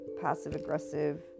passive-aggressive